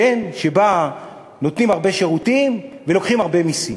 כן, שבה נותנים הרבה שירותים ולוקחים הרבה מסים.